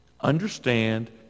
Understand